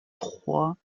trois